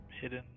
hidden